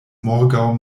morgaŭ